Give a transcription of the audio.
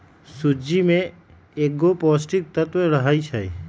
सूज्ज़ी में कएगो पौष्टिक तत्त्व रहै छइ